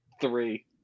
three